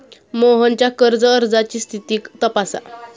मोहनच्या कर्ज अर्जाची स्थिती तपासा